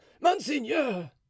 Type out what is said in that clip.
Monseigneur